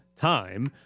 time